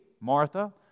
Martha